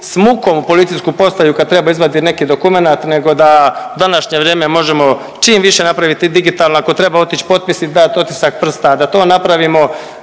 s mukom u policijsku postaju kad trebaju izvaditi neki dokumenat nego da u današnje vrijeme možemo čim više napraviti digitalno, ako treba otići potpis dat i otisak prsta, da to napravimo,